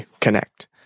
connect